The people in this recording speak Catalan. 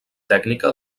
tècnica